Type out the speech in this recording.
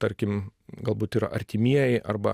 tarkim galbūt yra artimieji arba